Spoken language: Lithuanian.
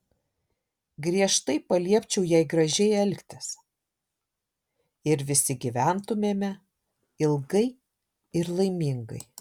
griežtai paliepčiau jai gražiai elgtis ir visi gyventumėme ilgai ir laimingai